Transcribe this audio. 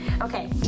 Okay